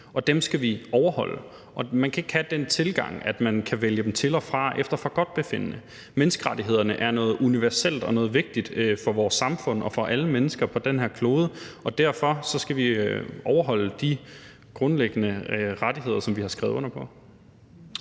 dem skal vi overholde, og man kan ikke have den tilgang, at man kan vælge dem til og fra efter forgodtbefindende. Menneskerettighederne er noget universelt og noget vigtigt for vores samfund og for alle mennesker på den her klode, og derfor skal vi overholde de grundlæggende rettigheder, som vi har skrevet under på.